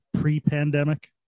pre-pandemic